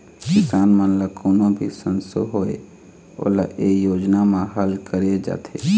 किसान मन ल कोनो भी संसो होए ओला ए योजना म हल करे जाथे